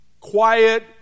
quiet